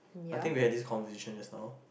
I think we have this conversation just now